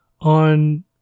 on